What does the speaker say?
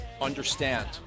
understand